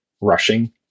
rushing